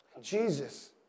Jesus